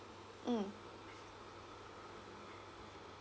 mm